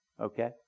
Okay